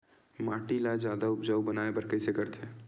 माटी ला जादा उपजाऊ बनाय बर कइसे करथे?